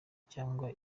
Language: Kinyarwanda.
cyangwa